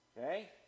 okay